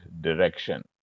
direction